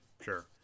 Sure